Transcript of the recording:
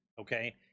Okay